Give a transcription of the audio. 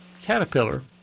caterpillar